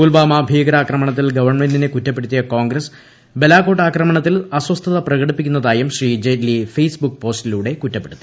പുൽവാമ ഭീകരാക്രമണത്തിൽ ഗവൺമെന്റിനെ കുറ്റപ്പെടുത്തിയ കോൺഗ്രസ് ബലാകോട്ട് ആക്രമണത്തിൽ അസ്വസ്ഥത പ്രകടിപ്പിക്കുന്നതായും ശ്രീ ജെയ്റ്റ്ലി ഫേസ് ബുക്ക് പോസ്റ്റിലൂടെ കുറ്റപ്പെടുത്തി